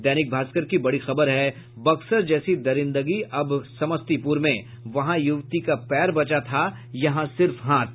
दैनिक भास्कर की बड़ी खबर है बक्सर जैसी दरिंदगी अब समस्तीपुर में वहां युवती का पैर बचा था यहां सिर्फ हाथ